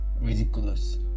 ridiculous